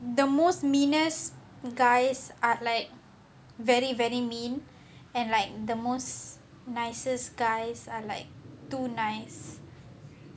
the most meanest guys are like very very mean and like the most nicest guys are like too nice